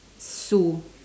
Sue